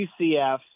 UCF